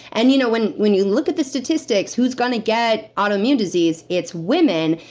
and you know when when you look at the statistics, who's gonna get autoimmune disease, it's women.